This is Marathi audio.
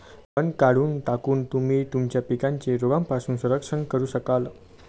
तण काढून टाकून, तुम्ही तुमच्या पिकांचे रोगांपासून संरक्षण करू शकाल